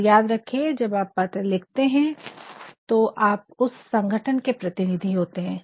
और याद रखिये जब आप पत्र लिखते है तो आप उस संगठन के प्रतिनिधि होते है